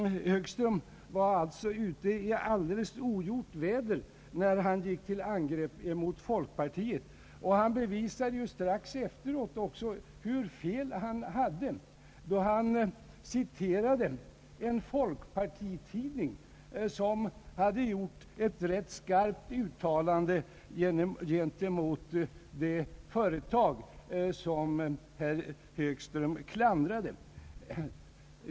Herr Högström var alltså ute i alldeles ogjort väder när han gick till angrepp mot folkpartiet. Han bevisade ju strax efteråt själv hur fel han hade, då han citerade en folkpartitidning, som hade gjort ett rätt skarpt uttalande gentemot det företag som herr Högström klandrade.